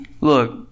Look